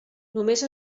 només